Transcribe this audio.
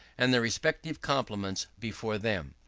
and their respective complements before them.